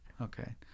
Okay